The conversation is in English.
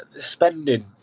spending